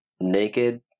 naked